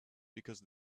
because